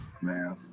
man